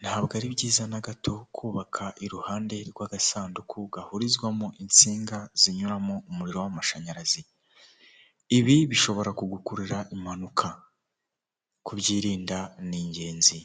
Ntabwo ari byiza na gato kubaka iruhande rw'agasanduku gahurizwamo insinga zinyuramo umuriro w'amashanyarazi ,ibi bishobora kugukururira impanuka kubyirinda ni ingenzi